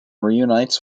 reunites